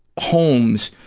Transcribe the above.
homes,